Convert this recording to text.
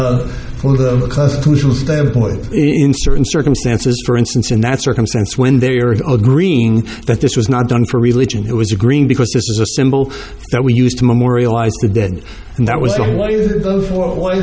that of the constitutional standpoint in certain circumstances for instance in that circumstance when they are agreeing that this was not done for religion it was a green because this is a symbol that we used to memorialize the dead and that was